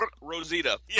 Rosita